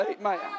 Amen